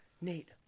Nate